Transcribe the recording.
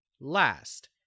last